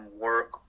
work